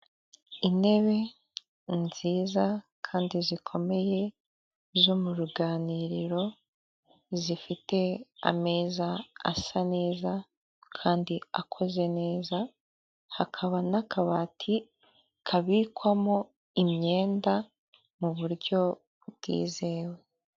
intebe nziza kandi zikomeye, zo mu ruganiriro, zifite ameza asa neza, kandi akoze neza, hakaba n'akabati kabikwamo imyenda, mu buryo bwizewe.